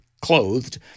clothed